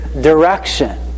direction